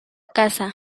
caza